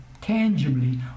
tangibly